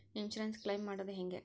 Insurance claim ಮಾಡದು ಹೆಂಗೆ?